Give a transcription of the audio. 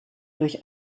durch